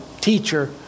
teacher